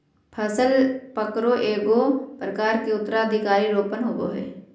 फसल पकरो एगो प्रकार के उत्तराधिकार रोपण होबय हइ